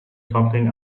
something